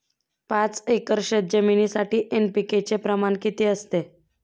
पाच एकर शेतजमिनीसाठी एन.पी.के चे प्रमाण किती असते?